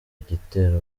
igitero